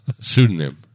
Pseudonym